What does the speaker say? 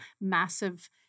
massive